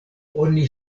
oni